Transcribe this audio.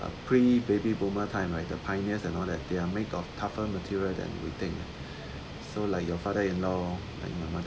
pre baby boomer time right the pioneers and all that they're make of tougher material than we think lah so like your father in law and my mother